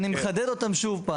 ואני מחדד אותם שוב.